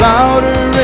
Louder